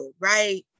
right